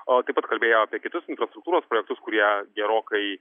o taip pat kalbėjo apie kitus infrastruktūros projektus kurie gerokai